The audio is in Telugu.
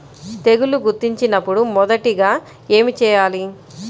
తెగుళ్లు గుర్తించినపుడు మొదటిగా ఏమి చేయాలి?